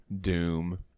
doom